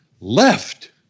left